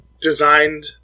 designed